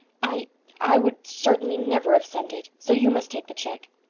i i would certainly never have sent it. so you must take the check.